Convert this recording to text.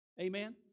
Amen